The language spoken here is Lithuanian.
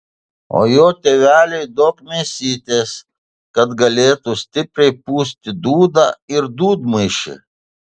o jo tėveliui duok mėsytės kad galėtų stipriai pūsti dūdą ir dūdmaišį